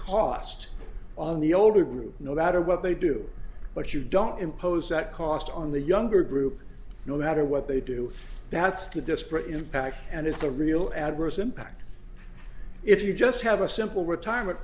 cost on the older group no matter what they do but you don't impose that cost on the younger group no matter what they do that's the disparate impact and it's a real adverse impact if you just have a simple retirement